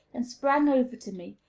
and sprang over to me,